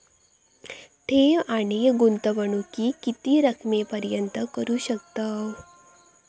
ठेव आणि गुंतवणूकी किती रकमेपर्यंत करू शकतव?